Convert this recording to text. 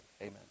amen